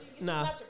Nah